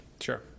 Sure